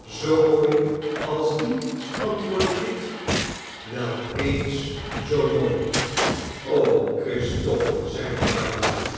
zoo mooi als die antwoordde kit wel eens zoo mooi christoffel zeide barbara